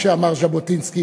כשאמר ז'בוטינסקי,